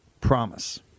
promise